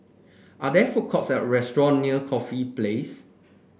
are there food courts or restaurant near Corfe Place